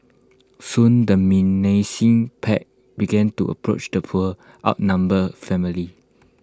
soon the menacing pack began to approach the poor outnumbered family